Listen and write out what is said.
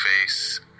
face